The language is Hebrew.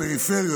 הפריפריות,